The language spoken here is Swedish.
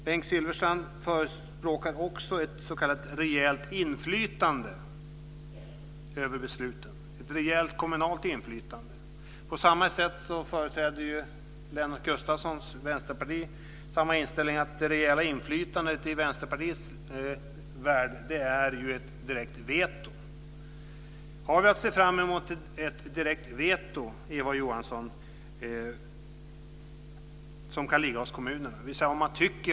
Bengt Silfverstrand förespråkar också ett s.k. rejält kommunalt inflytande över besluten. Lennart Gustavsson och Vänsterpartiet företräder samma inställning. Det rejäla inflytandet i Vänsterpartiets värld är ju ett direkt veto. Har vi att se fram emot ett direkt veto som kan ligga hos kommunerna, Eva Johansson?